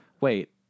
Wait